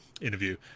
interview